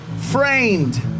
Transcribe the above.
framed